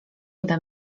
ode